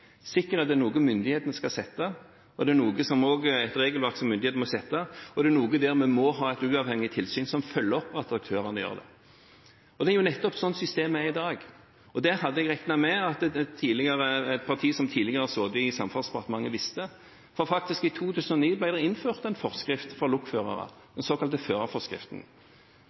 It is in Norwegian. er noe myndighetene skal sørge for, det er regler som myndighetene må sette, og der vi må ha et uavhengig tilsyn som følger opp at aktørene forholder seg til dem. Det er nettopp sånn systemet er i dag. Det hadde jeg regnet med at et parti som tidligere har sittet i Samferdselsdepartementet, visste, for i 2009 ble det innført en forskrift for lokførere, den såkalte førerforskriften.